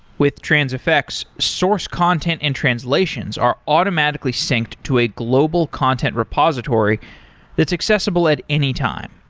with transifex, source content and translations are automatically synced to a global content repository that's accessible at any time.